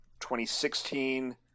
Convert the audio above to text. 2016